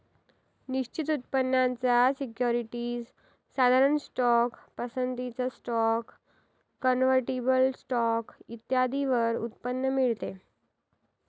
निश्चित उत्पन्नाच्या सिक्युरिटीज, साधारण स्टॉक, पसंतीचा स्टॉक, कन्व्हर्टिबल स्टॉक इत्यादींवर उत्पन्न मिळते